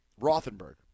Rothenberg